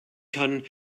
kann